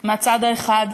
מהצד האחד,